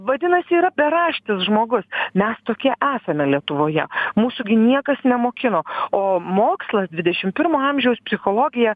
vadinasi yra beraštis žmogus mes tokie esame lietuvoje mūsų gi niekas nemokino o mokslas dvidešimt pirmo amžiaus psichologija